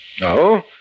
No